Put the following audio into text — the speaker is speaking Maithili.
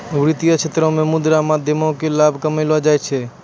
वित्तीय क्षेत्रो मे मुद्रा के माध्यमो से लाभ कमैलो जाय छै